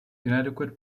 inadequate